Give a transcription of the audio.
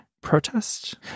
protest